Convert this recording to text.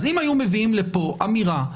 אז אם היו מביאים לפה אמירה,